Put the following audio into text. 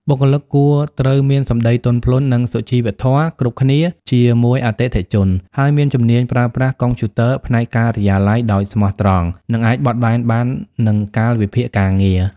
បុគ្គលិកគួរត្រូវមាន សំដីទន់ភ្លន់ និងសុជីវធម៌គ្រប់គ្នាជាមួយអតិថិជន ហើយមានជំនាញប្រើប្រាស់កុំព្យូទ័រផ្នែកការិយាល័យដោយស្មោះត្រង់ និងអាចបត់បែនបាននឹងកាលវិភាគការងារ។